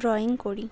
drawing করি